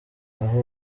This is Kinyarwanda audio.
aho